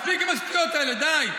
מספיק עם השטויות האלה, די.